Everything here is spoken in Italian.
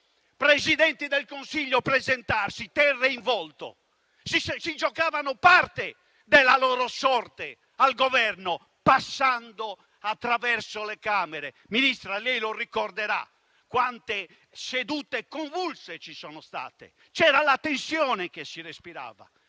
Presidenti del Consiglio presentarsi terrei in volto. Si giocavano parte della loro sorte al Governo, passando attraverso le Camere. Signora Ministra, lei ricorderà quante sedute convulse ci sono state e la tensione che si respirava.